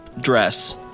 dress